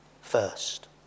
first